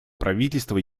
правительства